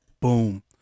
Boom